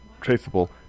traceable